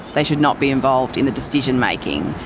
they should not be involved in the decision-making,